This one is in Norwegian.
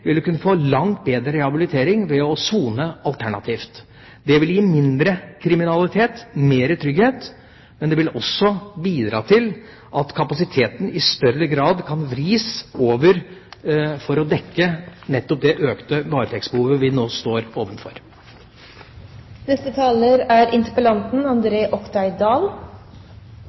ville kunne fått langt bedre rehabilitering ved å sone alternativt. Det vil gi mindre kriminalitet og mer trygghet, men det vil også bidra til at kapasiteten i større grad kan vris over for å dekke nettopp det økte varetektsbehovet vi nå står